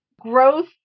growth